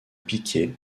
piqué